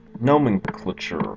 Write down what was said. nomenclature